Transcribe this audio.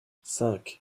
cinq